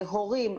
הורים,